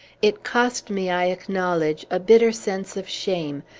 it cost me, i acknowledge, a bitter sense of shame,